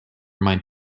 might